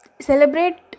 celebrate